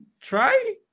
try